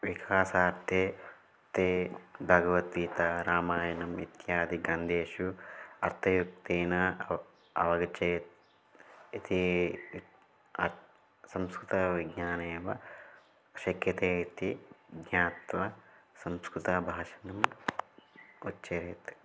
विखासार्थं ते भगवद्गीता रामायणम् इत्यादि ग्रन्थेषु अर्थयुक्तेन अव् अवगच्चछत् इति अर्थं संस्कृतविज्ञाने एव शक्यते इति ज्ञात्वा संस्कृतभाषणम् इच्छेत्